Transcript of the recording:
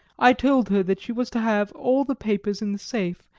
i told her that she was to have all the papers in the safe,